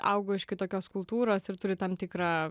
augau iš kitokios kultūros ir turiu tam tikrą